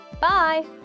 Bye